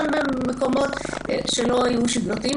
גם במקומות שלא היו שגרתיים.